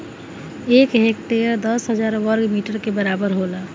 एक हेक्टेयर दस हजार वर्ग मीटर के बराबर होला